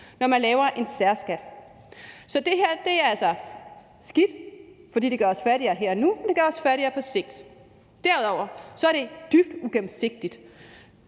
når man laver en særskat. Så det her er altså skidt, fordi det gør os fattigere her og nu, og fordi det gør os fattigere på sigt. Derudover er det dybt uigennemsigtigt.